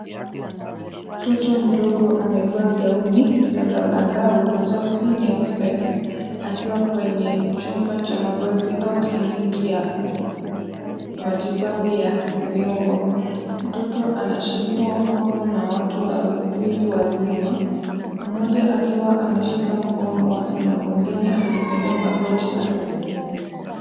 Mtoto mdogo amevaa gauni ya zambarau na soksi nyeupe akiwa kwenye chumba cha mazoezi au kliniki ya matibabu ya viungo. Mtoto anashikwa mkono na watu wawili wazima , mmoja akiwa ameshika mkono wake na mwengine amepiga magoti akimsaidia.